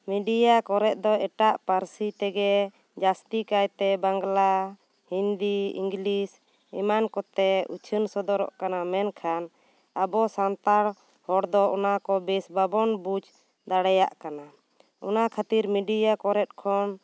media ᱠᱚᱨᱮ ᱫᱚ ᱮᱴᱟᱜ ᱯᱟᱹᱨᱥᱤ ᱛᱮᱜᱮ ᱡᱟᱹᱥᱛᱤ ᱠᱟᱭ ᱛᱮ ᱵᱟᱝᱞᱟ ᱦᱤᱱᱫᱤ ᱤᱝᱞᱤᱥ ᱮᱢᱟᱱ ᱠᱚᱛᱮ ᱩᱪᱷᱟᱹᱱ ᱥᱚᱫᱚᱨᱚᱜ ᱠᱟᱱᱟ ᱢᱮᱱᱠᱷᱟᱱ ᱟᱵᱚ ᱥᱟᱱᱛᱟᱲ ᱦᱚᱲ ᱫᱚ ᱚᱱᱟ ᱠᱚ ᱵᱮᱥ ᱵᱟᱵᱚᱱ ᱵᱩᱡᱽ ᱫᱟᱲᱮᱭᱟᱜ ᱠᱟᱱᱟ ᱚᱱᱟ ᱠᱷᱟᱹᱛᱤᱨ ᱢᱤᱰᱤᱭᱟ ᱠᱚᱨᱮᱜ ᱠᱷᱚᱱ